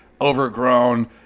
overgrown